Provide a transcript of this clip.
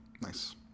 nice